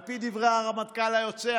על פי דברי הרמטכ"ל היוצא,